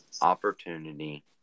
opportunity